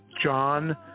John